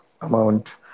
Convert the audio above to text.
Amount